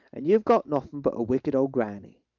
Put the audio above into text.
and you've got nothing but a wicked old grannie.